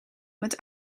met